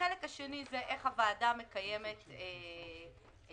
החלק השני זה איך הוועדה מקיימת את הדיון,